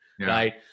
right